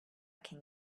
can